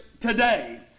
today